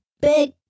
big